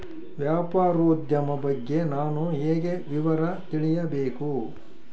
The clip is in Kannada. ವ್ಯಾಪಾರೋದ್ಯಮ ಬಗ್ಗೆ ನಾನು ಹೇಗೆ ವಿವರ ತಿಳಿಯಬೇಕು?